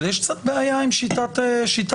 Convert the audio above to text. אבל יש קצת בעיה עם שיטת העבודה.